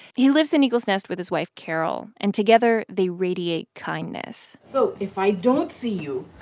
he lives in eagles nest with his wife carol, and together, they radiate kindness so if i don't see you,